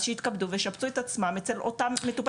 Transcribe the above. אז שיתכבדו וישבצו את עצמן אצל אותו מטופל מורכב.